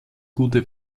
gute